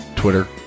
Twitter